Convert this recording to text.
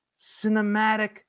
cinematic